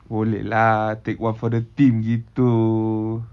boleh lah take one for the team gitu